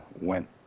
went